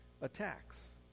attacks